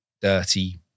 dirty